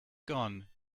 gone